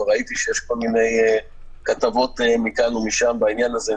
כבר ראיתי שיש כל מיני כתבות מכאן ומשם בעניין הזה,